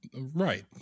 right